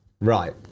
Right